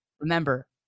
Remember